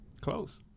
Close